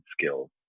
skills